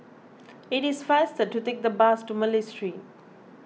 it is faster to take the bus to Malay Street